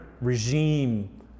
regime